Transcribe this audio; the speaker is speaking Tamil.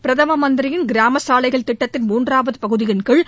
பிரதம மந்திரியின் கிராமச்சாலைகள் திட்டத்தின் மூன்றாவது பகுதியின்கீழ்